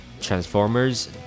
Transformers